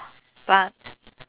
but